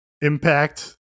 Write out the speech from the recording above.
impact